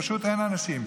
פשוט אין אנשים.